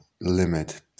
limit